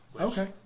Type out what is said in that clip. Okay